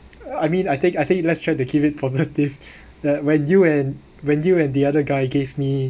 I mean I think I think let's try to keep it positive that when you and when you and the other guy gave me